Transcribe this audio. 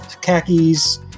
khakis